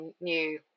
new